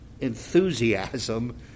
enthusiasm